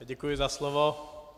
Děkuji za slovo.